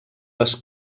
les